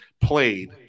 played